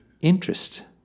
interest